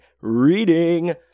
reading